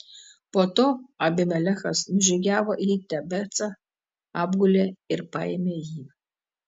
po to abimelechas nužygiavo į tebecą apgulė ir paėmė jį